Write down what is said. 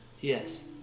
Yes